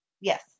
Yes